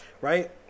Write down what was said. right